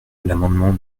l’amendement